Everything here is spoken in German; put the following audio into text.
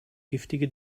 giftige